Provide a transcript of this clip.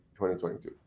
2022